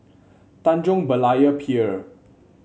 Tanjong Berlayer Pier